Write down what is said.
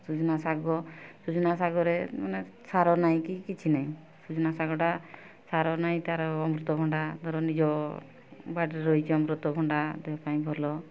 ସୁଜୁନା ଶାଗ ସୁଜୁନା ଶାଗରେ ମାନେ ସାର ନାହିଁ କି କିଛି ନାହିଁ ସୁଜୁନା ଶାଗଟା ସାର ନାହିଁ ତାର ଅମୃତଭଣ୍ଡା ତାର ନିଜ ବାଡ଼ିରେ ରହିଛି ଅମୃତଭଣ୍ଡା ଦେହ ପାଇଁ ଭଲ